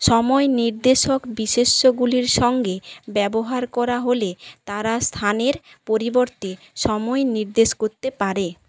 সময় নির্দেশক বিশেষ্যগুলির সঙ্গে ব্যবহার করা হলে তারা স্থানের পরিবর্তে সময় নির্দেশ করতে পারে